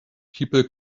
people